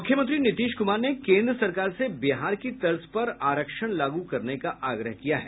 मुख्यमंत्री नीतीश कुमार ने केन्द्र सरकार से बिहार की तर्ज पर आरक्षण लागू करने का आग्रह किया है